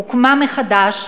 הוקמה מחדש,